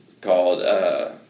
called